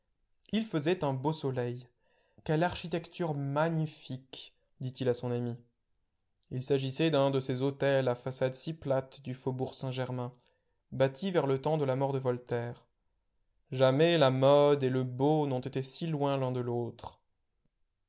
il faisait un beau soleil quelle architecture magnifique dit-il à son ami il s'agissait d'un de ces hôtels à façade si plate du faubourg saint-germain bâtis vers le temps de la mort de voltaire jamais la mode et le beau n'ont été si loin l'un de l'autre